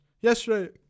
yesterday